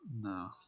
No